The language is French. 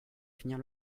finir